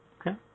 Okay